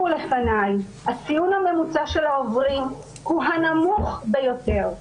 הציון הממוצע של העוברים הוא הנמוך ביותר.